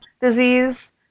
...disease